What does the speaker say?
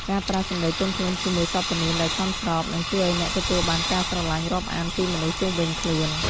ការប្រើសម្តីទន់ភ្លន់ជាមួយសព្វនាមដែលសមស្របនឹងជួយឱ្យអ្នកទទួលបានការស្រឡាញ់រាប់អានពីមនុស្សជុំវិញខ្លួន។